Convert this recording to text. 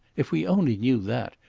if we only knew that,